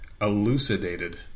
elucidated